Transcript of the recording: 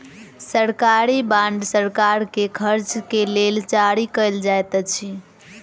सरकारी बांड सरकार के खर्च के लेल जारी कयल जाइत अछि